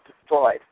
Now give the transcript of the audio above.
destroyed